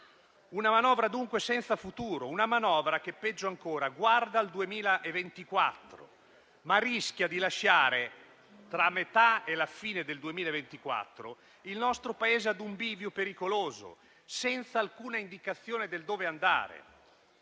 una manovra dunque senza futuro, che - peggio ancora - guarda al 2024, ma rischia di lasciare tra la metà e la fine del 2024 il nostro Paese a un bivio pericoloso, senza alcuna indicazione su dove andare.